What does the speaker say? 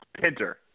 Pinter